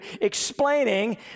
explaining